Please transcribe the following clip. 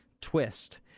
twist